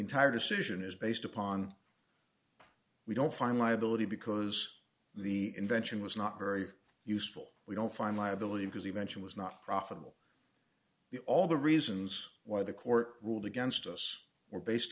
entire decision is based upon we don't find liability because the invention was not very useful we don't find liability because eventually was not profitable all the reasons why the court ruled against us or based